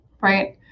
Right